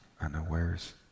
unawares